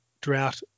drought